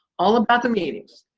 all about the meetings,